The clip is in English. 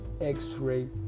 X-ray